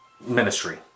Ministry